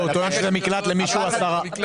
לא, הוא טוען שזה מקלט למי שיש לו 10% הוצאות.